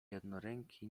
jednoręki